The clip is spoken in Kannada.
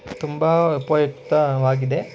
ತುಂಬಾ ಉಪಯುಕ್ತವಾಗಿದೆ